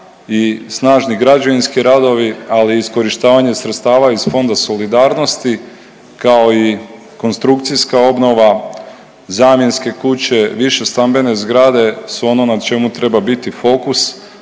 i snažni građevinski radovi, ali i iskorištavanje sredstava iz Fonda solidarnosti, kao i konstrukcijska obnova, zamjenske kuće, višestambene zgrade su ono na čemu treba biti fokus.